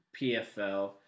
PFL